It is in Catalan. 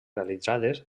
realitzades